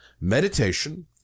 meditation